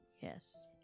yes